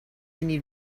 need